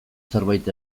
zerbait